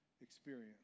experience